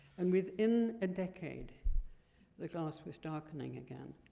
and within a decade the glass was darkening again.